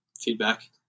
feedback